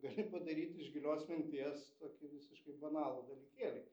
gali padaryt iš gilios minties tokį visiškai banalų dalykėlį